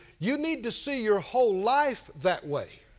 you need to see your whole life that way.